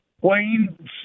plain